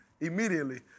immediately